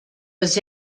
was